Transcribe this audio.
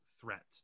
threat